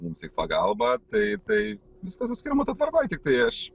mums į pagalbą tai tai viskas su skirmantu tvarkoj tiktai aš